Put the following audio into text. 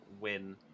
win